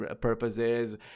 purposes